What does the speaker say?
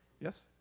Yes